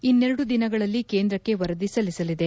ಇನ್ನೆರಡು ದಿನಗಳಲ್ಲಿ ಕೇಂದ್ರಕ್ಕೆ ವರದಿ ಸಲ್ಲಿಸಲಿದೆ